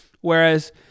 Whereas